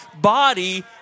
body